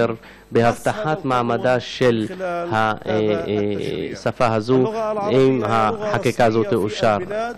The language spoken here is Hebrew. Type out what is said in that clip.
בהבטחת מעמדה של השפה הזו אם החקיקה הזו תאושר.